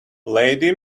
lady